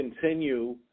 continue